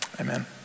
Amen